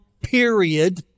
period